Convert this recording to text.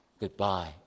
goodbye